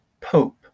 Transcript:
Pope